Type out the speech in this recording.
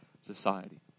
society